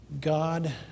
God